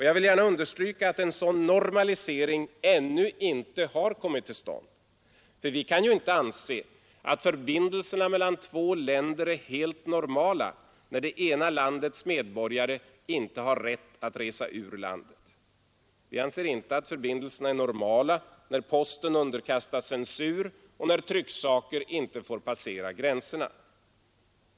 Jag vill gärna understryka att en sådan normalisering ännu inte kommit till stånd. Vi kan ju inte anse att förbindelserna mellan två länder är helt ”normala” när det ena landets medborgare inte har rätt att resa ur landet. Vi anser inte att förbindelserna är ”normala”, när posten underkastas censur och när trycksaker inte får passera gränserna.